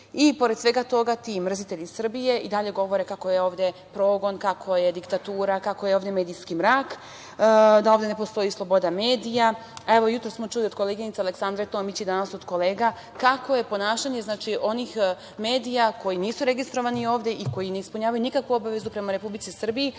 podrške. Pored svega toga, ti mrzitelji Srbije i dalje govore kako je ovde progon, kako je diktatura, kako je ovde medijski mrak, da ovde ne postoji sloboda medija. Evo, jutros smo čuli od koleginice Aleksandre Tomić i danas od kolega kako je ponašanje onih medija koji nisu registrovani ovde i koji ne ispunjavaju nikakvu obavezu prema Republici Srbiji,